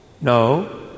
No